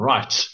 Right